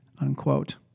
unquote